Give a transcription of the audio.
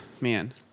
man